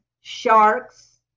sharks